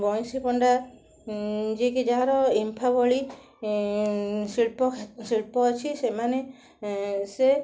ବଇଁଶୀ ପଣ୍ଡା ଯିଏକି ଯାହାର ଇମ୍ଫା ଭଳି ଶିଳ୍ପ ଶିଳ୍ପ ଅଛି ସେମାନେ ଏଁ ସେ